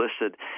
listed